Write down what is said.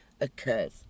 occurs